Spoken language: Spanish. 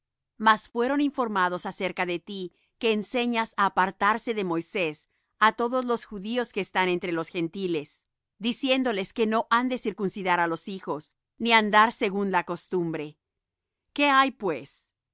mas fueron informados acerca de ti que enseñas á apartarse de moisés á todos los judíos que están entre los gentiles diciéndoles que no han de circuncidar á los hijos ni andar según la costumbre qué hay pues